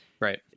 right